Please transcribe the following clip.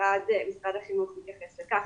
משרד החינוך מתייחס ככה,